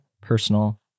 personal